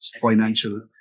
financial